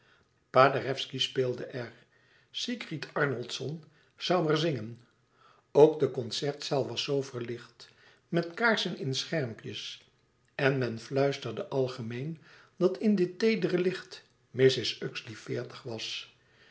paderewski speelde er sigrid arnoldson zoû er zingen ook de concertzaal was zoo verlicht met kaarsen in schermpjes en men fluisterde algemeen dat in dit teedere licht mrs uxeley veertig was